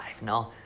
no